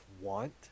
want